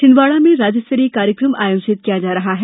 छिंदवाड़ा में राज्य स्तरीय कार्यक्रम आयोजित किया जा रहा है